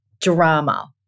drama